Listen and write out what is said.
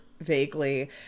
vaguely